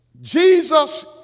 Jesus